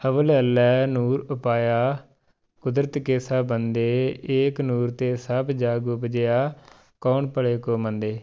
ਅਵਲਿ ਅਲਹ ਨੂਰੁ ਉਪਾਇਆ ਕੁਦਰਤਿ ਕੇ ਸਭ ਬੰਦੇ ਏਕ ਨੂਰ ਤੇ ਸਭੁ ਜਗੁ ਉਪਜਿਆ ਕਉਨ ਭਲੇ ਕੋ ਮੰਦੇ